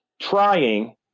trying